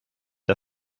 der